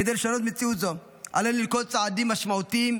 כדי לשנות מציאות זו עלינו לנקוט צעדים משמעותיים,